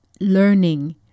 learning